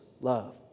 love